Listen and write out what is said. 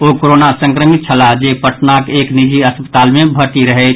ओ corona संक्रमित छलाह जे पटनाक एक निजी अस्पताल भर्ती रहैथ